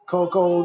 Coco